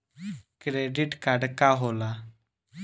Credit card का होला?